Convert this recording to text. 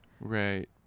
right